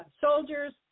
soldiers